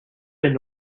been